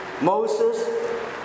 Moses